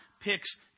picks